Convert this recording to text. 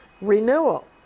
renewal